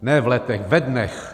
Ne v letech, ve dnech.